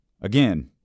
Again